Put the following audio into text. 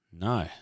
No